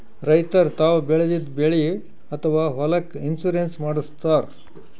ರೈತರ್ ತಾವ್ ಬೆಳೆದಿದ್ದ ಬೆಳಿ ಅಥವಾ ಹೊಲಕ್ಕ್ ಇನ್ಶೂರೆನ್ಸ್ ಮಾಡಸ್ತಾರ್